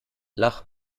lach